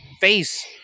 face